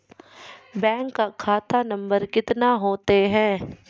Bank का खाता number कितने होते हैं?